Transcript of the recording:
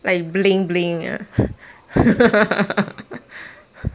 like bling bling ah